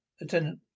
Attendant